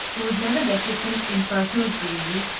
who was never deficient in personal bravery,